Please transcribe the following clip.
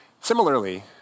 Similarly